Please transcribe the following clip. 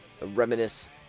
reminisce